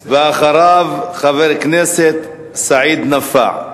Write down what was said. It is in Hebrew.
אחריו, חבר הכנסת סעיד נפאע.